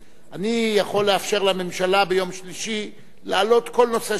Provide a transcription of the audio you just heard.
אני יכול לאפשר לממשלה ביום שלישי להעלות כל נושא שהיא רוצה.